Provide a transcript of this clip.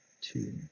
Two